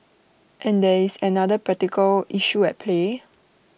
and there is another practical issue at play